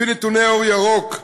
לפי נתוני "אור ירוק",